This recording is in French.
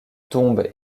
tombe